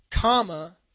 comma